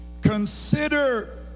consider